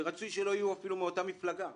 ורצוי שלא יהיו מאותה מפלגה.